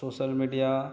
social media